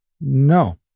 No